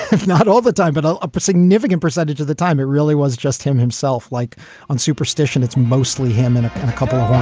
if not all the time but a but significant percentage of the time, it really was just him himself. like on superstition, it's mostly him in a couple of